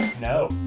No